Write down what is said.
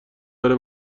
داره